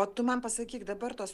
o tu man pasakyk dabar tos